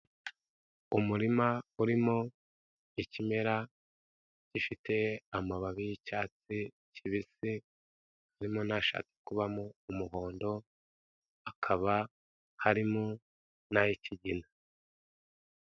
Umurima urimo ikimera gifite amababi y'icyatsi kibisi harimo n'ashaka kubamo umuhondo hakaba harimo n'ay'ikigina.